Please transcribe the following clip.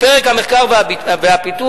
פרק המחקר והפיתוח,